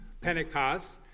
Pentecost